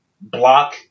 block